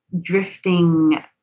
drifting